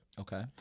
Okay